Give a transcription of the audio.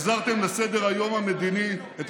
החזרתם לסדר-היום המדיני, נורבגיה.